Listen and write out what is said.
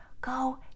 Go